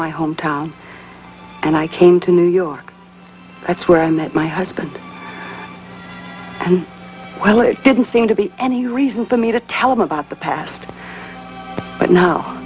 my hometown and i came to new york that's where i met my husband well it didn't seem to be any reason for me to tell him about the past but now